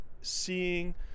seeing